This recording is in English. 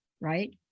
right